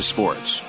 Sports